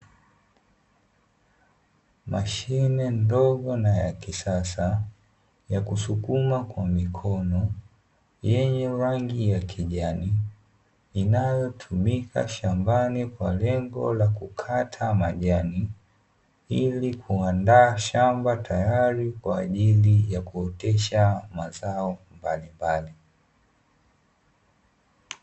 Mashine ndogo na ya kisasa, ya kusukuma kwa mikono, yenye rangi ya kijani, inayotumika shambani kwa ajili ya kukata majani, kuandaa shamba kwa ajili kuotesha mazao mbalimbali.